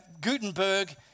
Gutenberg